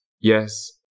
Yes